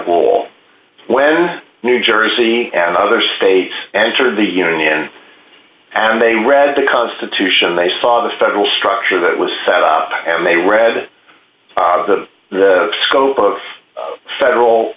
role when new jersey and other state and sort of the union and they read the constitution they saw the federal structure that was set up and they read the scope of federal